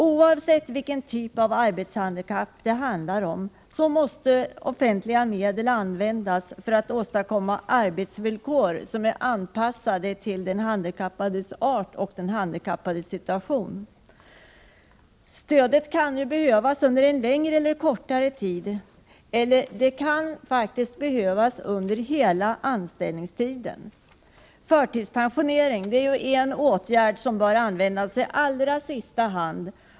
Oavsett vilken typ av arbetshandikapp det handlar om måste offentliga medel användas för att åstadkomma arbetsvillkor som är anpassade till handikappets art och den handikappades situation. Stöd kan behövas under längre eller kortare tid — och det kan faktiskt ibland behövas under hela anställningstiden. Förtidspensionering är en åtgärd som bör användas i allra sista hand.